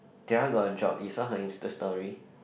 tiara got a job you saw her Insta story